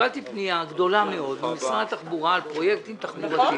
קיבלתי פנייה גדולה מאוד ממשרד התחבורה על פרויקטים תחבורתיים.